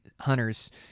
hunters